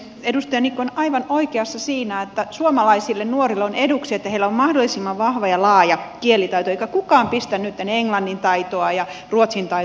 edustaja niikko on aivan oikeassa siinä että suomalaisille nuorille on eduksi että heillä on mahdollisimman vahva ja laaja kielitaito eikä kukaan pistä nyt englannin taitoa ja ruotsin taitoa esimerkiksi vastakkain